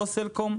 לא סלקום,